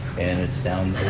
and it's down